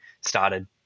started